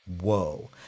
whoa